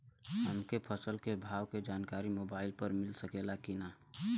हमके फसल के भाव के जानकारी मोबाइल पर मिल सकेला की ना?